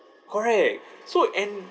correct so and